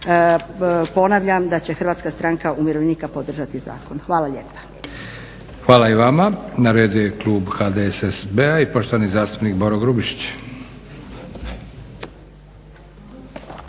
ponavljam da će Hrvatska stranka umirovljenika podržati zakon. Hvala lijepa. **Leko, Josip (SDP)** Hvala i vama. Na redu je Klub HDSSB-a i poštovani zastupnik Boro Grubišić.